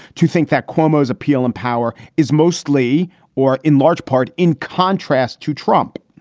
to think that cuomo's appeal and power is mostly or in large part in contrast to trump.